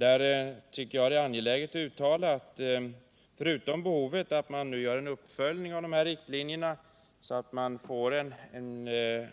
Jag tycker det är angeläget att framhålla, att det är ett starkt behov att man gör en uppföljning av riktlinjerna, så att man får en